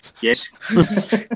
Yes